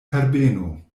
herbeno